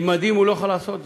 עם מדים הוא לא יכול לעשות זאת.